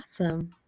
Awesome